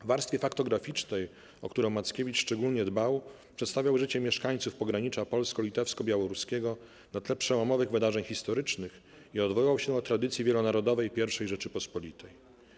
W warstwie faktograficznej, o którą Mackiewicz szczególnie dbał, przedstawiał życie mieszkańców pogranicza polsko-litewsko-białoruskiego na tle przełomowych wydarzeń historycznych i odwoływał się do tradycji wielonarodowej I Rzeczypospolitej.